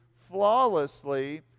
flawlessly